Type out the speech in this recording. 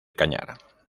cañar